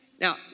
Now